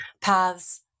paths